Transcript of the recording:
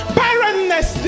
barrenness